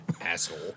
Asshole